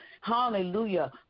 Hallelujah